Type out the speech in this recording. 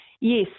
Yes